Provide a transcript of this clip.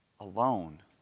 Alone